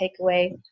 takeaway